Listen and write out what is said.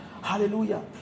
Hallelujah